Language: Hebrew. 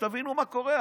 שתבינו מה קורה,